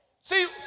See